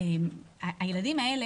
הילדים שלי,